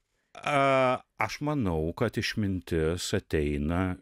aš manau kad išmintis ateina